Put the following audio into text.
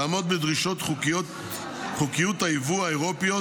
צריך לעמוד בדרישות חוקיות היבוא האירופיות